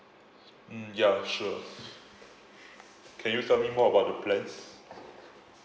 mm ya sure can you tell me more about the plans